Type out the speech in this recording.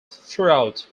throughout